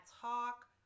talk